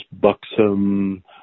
buxom